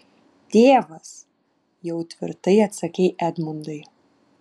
tėvas jau tvirtai atsakei edmundai